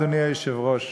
אדוני היושב-ראש,